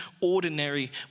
ordinary